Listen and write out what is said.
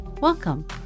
Welcome